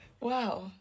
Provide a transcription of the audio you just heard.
wow